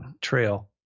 trail